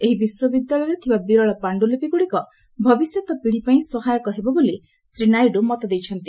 ଏହି ବିଶ୍ୱବିଦ୍ୟାଳୟରେ ଥିବା ବିରଳ ପାଣ୍ଟୁଲିପିଗୁଡ଼ିକ ଭବିଷ୍ୟତ ପିଢ଼ିପାଇଁ ସହାୟକ ହେବ ବୋଲି ଶ୍ରୀ ନାଇଡୁ ମତ ଦେଇଥିଲେ